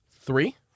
Three